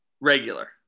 Regular